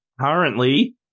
Currently